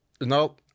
No